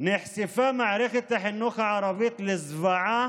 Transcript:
נחשפה מערכת החינוך הערבית לזוועה